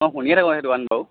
মই শুনিয়ে থাকোঁ সেইটো গান বাৰু